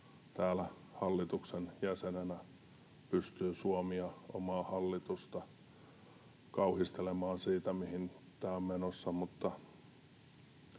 täällä hallituksen jäsenenä pystyy suomimaan omaa hallitusta, kauhistelemaan sitä, mihin tämä on menossa.